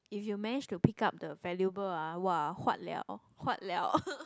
if you manage to pick up the valuable ah !wah! huat liao huat liao